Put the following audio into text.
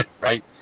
right